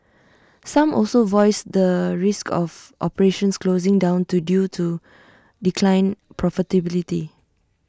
some also voiced the risk of operations closing down to due to declined profitability